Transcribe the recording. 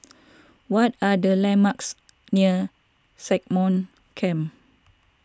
what are the landmarks near Stagmont Camp